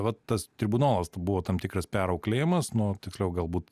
va tas tribunolas buvo tam tikras perauklėjamas nu tiksliau galbūt